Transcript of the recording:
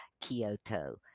Kyoto